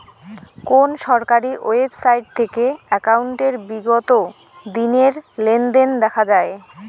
কোন সরকারি ওয়েবসাইট থেকে একাউন্টের বিগত দিনের লেনদেন দেখা যায়?